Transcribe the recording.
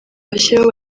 bashyiraho